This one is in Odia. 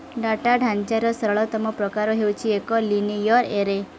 ଡାଟା ଢାଞ୍ଚାର ସରଳତମ ପ୍ରକାର ହେଉଛି ଏକ ଲିନିୟର୍ ଏରେ